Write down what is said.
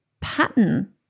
pattern